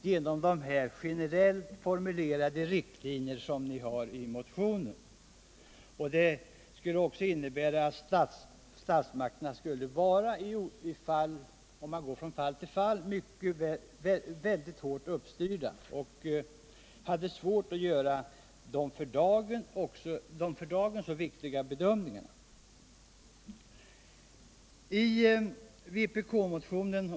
Genom de generellt formulerade riktlinjer som ni uppdragit i motionen skulle handlingsfriheten komma att begränsas. Om man går från fall till fall skulle statsmakterna komma att bli mycket hårt styrda och få svårigheter att göra de för dagen så viktiga bedömningarna.